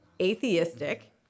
atheistic